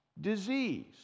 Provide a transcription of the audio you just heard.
disease